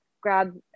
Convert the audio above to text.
grab